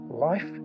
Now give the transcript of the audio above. Life